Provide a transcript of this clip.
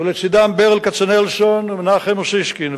ולצדם ברל כצנלסון ומנחם אוסישקין,